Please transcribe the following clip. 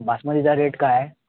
बासमतीचा rate काय आहे